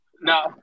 No